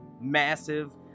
massive